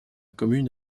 commune